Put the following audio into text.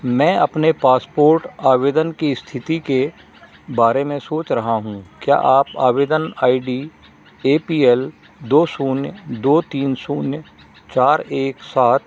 अपने पासपोर्ट आवेदन की स्थिति के बारे में सोच रहा हूँ क्या आप आवेदन I D A P L दो शून्य दो तीन शून्य चार एक सात